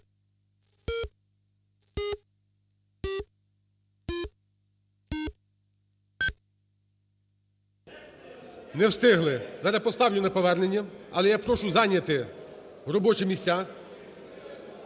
Не встигли. Зараз поставлю на повернення. Але я прошу зайняти робочі місця.